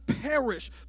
perish